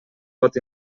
pot